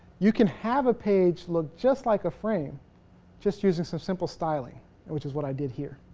you can have a page look just like a frame just using some simple styling which is what i did here.